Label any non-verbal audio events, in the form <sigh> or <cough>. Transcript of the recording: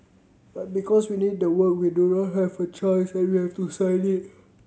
but because we need the work we <noise> don not have a choice and we have to sign it